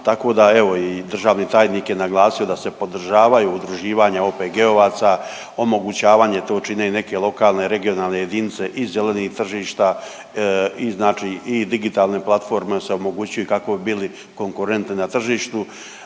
tako da evo i državni tajnik je naglasio da se podržavaju udruživanja OPG-ovaca, omogućavanje, to čine i neke lokalne i regionalne jedinice iz zelenih tržišta, i znači i digitalne platforme se omogućuju kako bi bili konkurentni na tržištu,